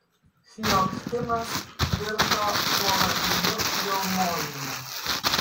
šniokštimas virto nuolatiniu riaumojimu